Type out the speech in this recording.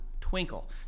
twinkle